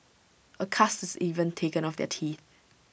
A cast is even taken of their teeth